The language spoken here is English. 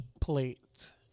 plate